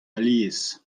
alies